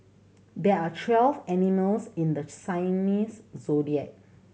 there are twelve animals in the zodiac